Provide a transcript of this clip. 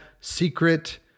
secret